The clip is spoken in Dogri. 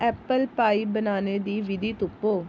ऐप्पल पाई बनाने दी विधि तुप्पो